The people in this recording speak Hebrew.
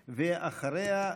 ואחריה,